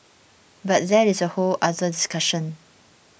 but that is a whole other discussion